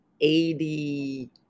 eighty